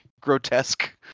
grotesque